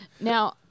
Now